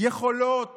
יכולות